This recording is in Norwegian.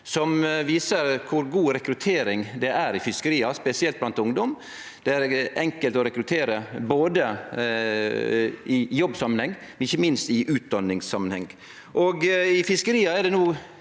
som viser kor god rekruttering det er i fiskeria, spesielt blant ungdom. Det er enkelt å rekruttere både i jobbsamanheng og ikkje minst i utdanningssamanheng. I fiskeria er det no